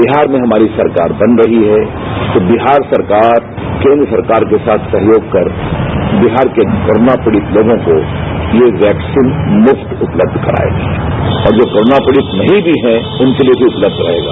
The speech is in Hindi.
बिहार में हमारी सरकार बन रही है तो बिहार सरकार केंद्र सरकार के साथ सहयोग कर बिहार के कोरोना पीडि़त लोगों को ये वैक्सिन मुफ्त उपलब्ध कराएगी और जो कोरोना पीडित नहीं भी हैं उनके लिए भी उपलब्ध कराई जाएगी